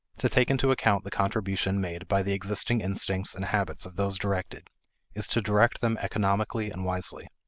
to take into account the contribution made by the existing instincts and habits of those directed is to direct them economically and wisely.